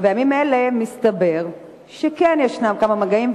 אבל בימים אלה מסתבר שכן יש כמה מגעים,